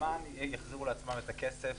למען יחזירו לעצמם את הכסף,